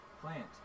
plant